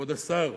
כבוד השר.